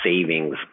savings